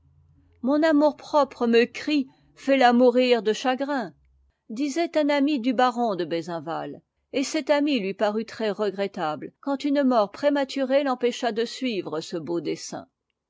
mon amour-propre me crie fais-la mmmrtf e caai m disait un ami du baron de bezenval et cet ami lui parut très regrettable quand une mort prématurée l'empêcha de suivre ce beau dessein